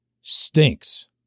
stinks